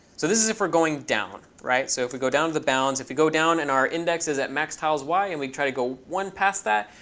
so this is if we're going down, right? so if we go down to the bounds, if we go down and our index is at max tiles y and we try to go one past that,